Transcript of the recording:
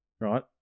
right